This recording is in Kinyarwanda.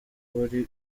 bari